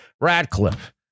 Radcliffe